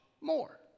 more